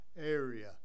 area